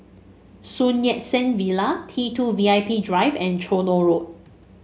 Sun Yat Sen Villa T two V I P Drive and Tronoh Road